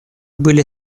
были